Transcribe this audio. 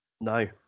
no